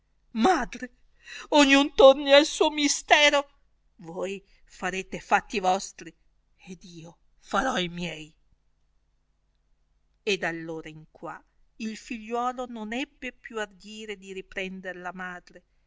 madre ogni un torni al suo mistero voi farete e fatti vostri ed io farò e miei e d'allora in qua il figliuolo non ebbe più ardire di riprender la madre